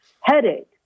headache